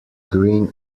green